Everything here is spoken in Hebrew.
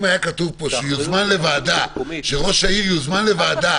אם היה כתוב פה שראש העיר יוזמן לוועדה,